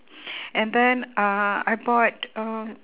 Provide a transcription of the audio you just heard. and then uh I bought a